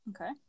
Okay